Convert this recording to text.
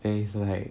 there is like